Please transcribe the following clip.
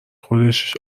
خودش